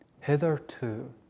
hitherto